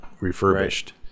refurbished